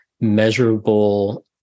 measurable